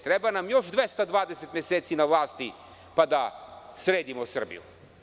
Treba nam još 220 meseci na vlasti pa da sredimo Srbiju.